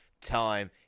Time